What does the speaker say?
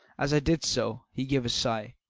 as i did so he gave a sigh,